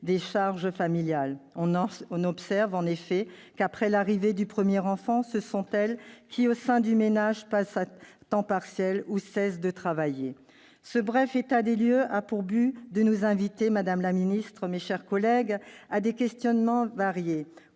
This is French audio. des charges familiales. On observe en effet qu'après l'arrivée du premier enfant, ce sont elles qui, au sein du ménage, passent à temps partiel ou cessent de travailler. Ce bref état des lieux a pour but de nous conduire, madame la ministre, mes chers collègues, à des questionnements variés.